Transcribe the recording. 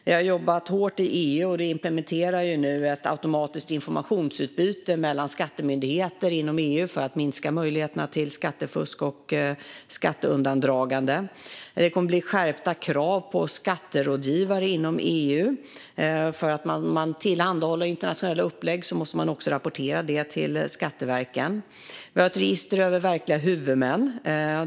Vi har jobbat hårt i EU för och implementerar nu ett automatiskt informationsutbyte mellan skattemyndigheter inom EU för att minska möjligheterna till skattefusk och skatteundandragande. Det kommer att bli skärpta krav på skatterådgivare inom EU; den som tillhandahåller internationella upplägg måste också rapportera det till skatteverken. Vi har ett register över verkliga huvudmän.